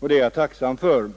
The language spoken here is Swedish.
och den är jag tacksam för.